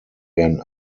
werden